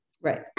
right